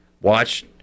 watch